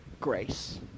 grace